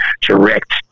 direct